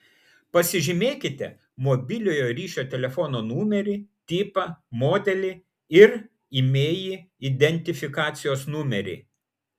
pasižymėkite mobiliojo ryšio telefono numerį tipą modelį ir imei identifikacijos numerį